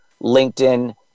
LinkedIn